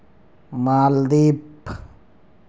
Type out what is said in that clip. ᱢᱟᱞᱫᱤᱯ